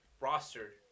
roster